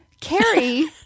Carrie